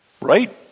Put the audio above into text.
Right